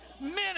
minute